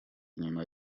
nyuma